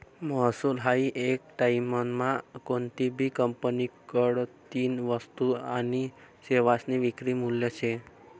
महसूल हायी येक टाईममा कोनतीभी कंपनीकडतीन वस्तू आनी सेवासनी विक्री मूल्य शे